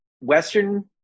Western